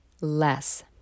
less